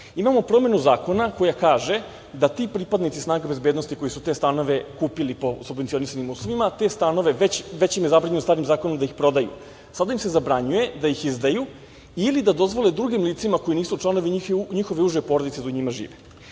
Imamo promenu zakona koja kaže, da ti pripadnici snaga bezbednosti koji su te stanove kupili po subvencionisanim uslovima, te stanove već im je zabranjeno starim zakonom da ih prodaju. Sad im se zabranjuje da ih izdaju ili da dozvole drugim licima koji nisu članovi njihove uže porodice da u njima žive. Mi